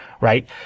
right